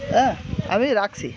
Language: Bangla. হ্যাঁ আমি রাখছি